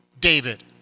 David